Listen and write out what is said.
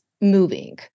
moving